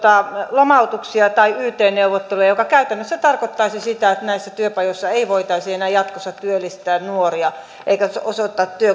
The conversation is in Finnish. lomautuksia tai yt neuvotteluja mikä käytännössä tarkoittaisi sitä että näissä työpajoissa ei voitaisi enää jatkossa työllistää nuoria eikä niihin osoittaa